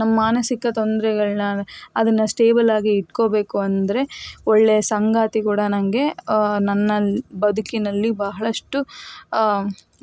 ನಮ್ಮ ಮಾನಸಿಕ ತೊಂದರೆಗಳನ್ನು ಅದನ್ನು ಸ್ಟೇಬಲ್ ಆಗಿ ಇಟ್ಕೋಬೇಕು ಅಂದರೆ ಒಳ್ಳೆ ಸಂಗಾತಿ ಕೂಡ ನನಗೆ ನನ್ನ ಬದುಕಿನಲ್ಲಿ ಬಹಳಷ್ಟು